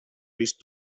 vist